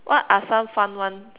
what are some fun ones